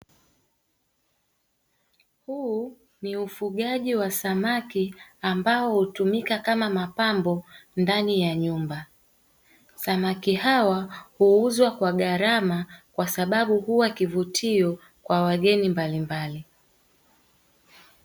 Huu ni ufugaji wa samaki ambao hutumika kama mapambo ndani ya nyumba, samaki hawa huuzwa kwa gharama kwasababu huwa kivutio kwa wageni mbalimbali.